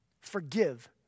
forgive